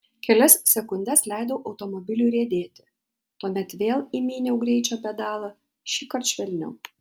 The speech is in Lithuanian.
kelias sekundes leidau automobiliui riedėti tuomet vėl įminiau greičio pedalą šįkart švelniau